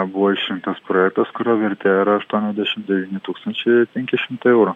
buvo išrinktas projektas kurio vertė yra aštuoniasdešimt devyni tūkstančiai penki šimtai eurų